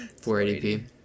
480p